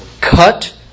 cut